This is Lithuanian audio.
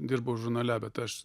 dirbau žurnale bet aš